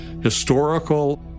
historical